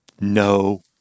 No